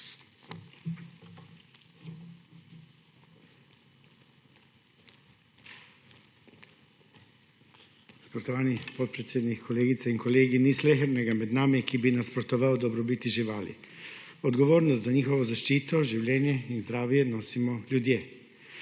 Spoštovani podpredsednik, kolegice in kolegi. Ni slehernega med nami, ki bi nasprotoval dobrobiti živali. Odgovornost za njihovo zaščito, življenje in zdravje nosimo ljudje.